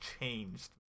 changed